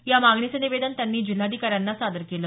या मागणीचं निवेदन त्यांनी जिल्हाधिकाऱ्यांना सादर केलं